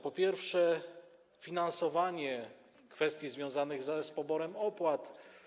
Po pierwsze, finansowanie kwestii związanych z poborem opłat.